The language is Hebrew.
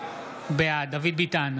בעד דוד ביטן,